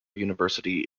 university